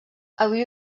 avui